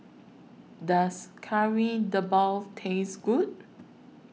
Does Kari Debal Taste Good